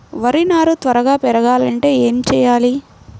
వరి నారు త్వరగా పెరగాలంటే ఏమి చెయ్యాలి?